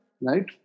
Right